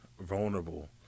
vulnerable